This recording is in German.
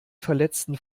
verletzten